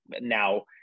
now